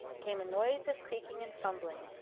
came a noise of creaking and fumbling,